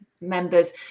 members